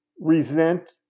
resent